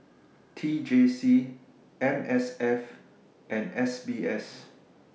T J C M S F and S B S